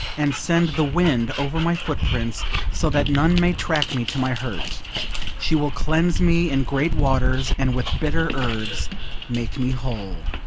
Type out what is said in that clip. and send the wind over my footprints so that none may track me to my hurt she will cleanse me in great waters, and with bitter herbs make me whole.